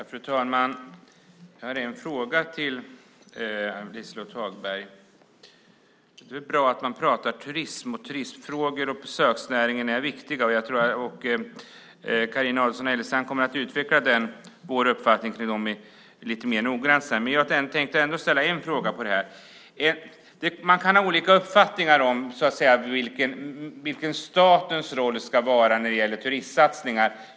Fru talman! Jag har en fråga till Liselott Hagberg. Det är väl bra att man pratar om turism. Turistfrågorna och besöksnäringen är viktiga saker. Carina Adolfsson Elgestam kommer strax att lite noggrannare utveckla vår uppfattning. Men en fråga tänker jag här ställa. Man kan ha olika uppfattningar om vilken statens roll ska vara när det gäller turistsatsningar.